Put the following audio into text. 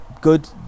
good